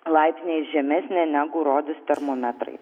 laipsniais žemesnė negu rodys termometrai